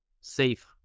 safe